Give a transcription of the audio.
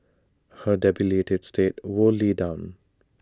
her debilitated state wore lee down